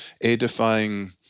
edifying